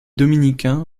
dominicain